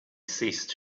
ceased